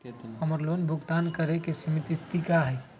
हमर लोन भुगतान करे के सिमित तिथि का हई?